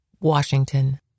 Washington